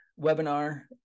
webinar